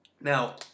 Now